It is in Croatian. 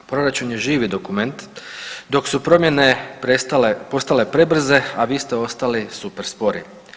Proračun je živi dokument dok su promjene postale prebrze, a vi ste ostali super spori.